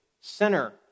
sinner